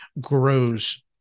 grows